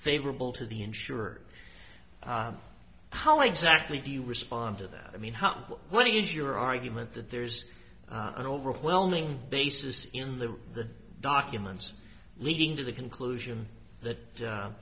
favorable to the insurer how exactly do you respond to that i mean what is your argument that there's an overwhelming basis in the documents leading to the conclusion